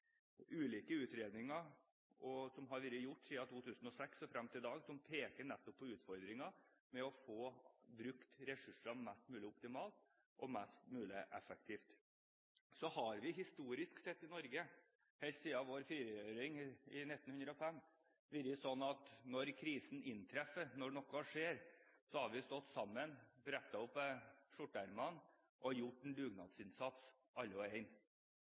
ulike utredninger som har vært gjort siden 2006 og frem til i dag, som peker nettopp på utfordringen med å få brukt ressursene mest mulig optimalt og mest mulig effektivt. Det har historisk sett i Norge, helt siden vår frigjøring i 1905, vært sånn at når krisen har inntruffet, når noe har skjedd, så har vi stått sammen, brettet opp skjorteermene og gjort en dugnadsinnsats, alle som en.